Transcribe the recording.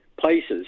places